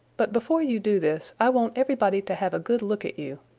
but before you do this i want everybody to have a good look at you.